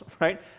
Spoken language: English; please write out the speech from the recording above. right